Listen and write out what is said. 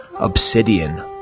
Obsidian